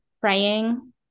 praying